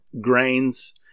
grains